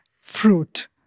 fruit